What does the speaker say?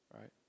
right